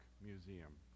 Museum